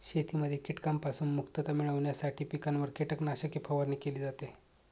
शेतीमध्ये कीटकांपासून मुक्तता मिळविण्यासाठी पिकांवर कीटकनाशके फवारणी केली जाते